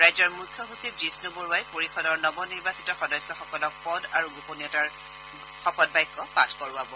ৰাজ্যৰ মুখ্য সচিব জিষ্ণ বৰুৱাই পৰিষদৰ নৱ নিৰ্বাচিত সদস্যসকলক পদ আৰু গোপনীয়তাৰ শপত বাক্য পাঠ কৰোৱাব